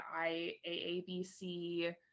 IAABC